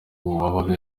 wabaga